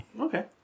Okay